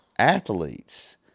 Athletes